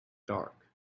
dark